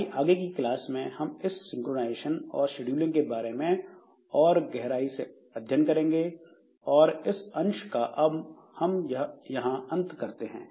हमारी आगे की क्लास में हम इस सिंक्रोनाइजेशन और शेड्यूलिंग के बारे में और गहराई से अध्ययन करेंगे और इस अंश का हम यहाँ अंत करते हैं